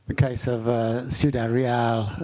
case of so cuidad real,